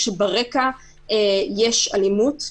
כשברקע יש אלימות.